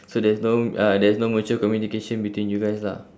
so there's no uh there's no mutual communication between you guys lah